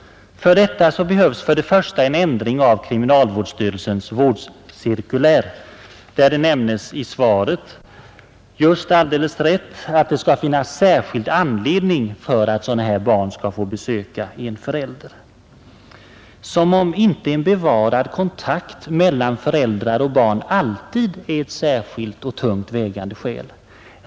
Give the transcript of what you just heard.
För detta behövs för det första en ändring av kriminalvårdsstyrelsens vårdcirkulär. Som nämnes i svaret krävs i nuläget att det skall finnas särskild anledning för att barn skall få besöka en intagen förälder — som om inte en bevarad kontakt mellan föräldrar och barn alltid är ett särskilt och tungt vägande skäl.